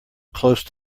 close